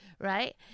right